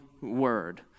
Word